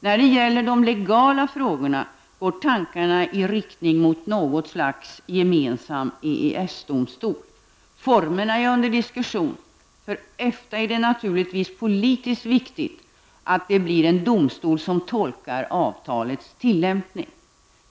När det gäller de legala frågorna går tankarna i riktning mot något slags gemensam EES-domstol. Formerna är under diskussion. För EFTA är det naturligtvis politiskt viktigt att det blir en domstol som tolkar avtalets tillämpning.